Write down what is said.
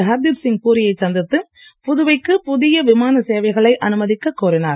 ஹர்தீப் சிங் பூரியை சந்தித்து புதுவைக்கு புதிய விமான சேவைகளை அனுமதிக்கக் கோரினார்